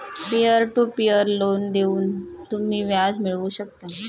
peer to peer loan देऊन तुम्ही व्याज मिळवू शकता